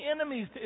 enemies